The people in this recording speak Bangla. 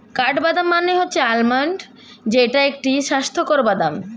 কাঠবাদাম মানে হচ্ছে আলমন্ড যেইটা একটি স্বাস্থ্যকর বাদাম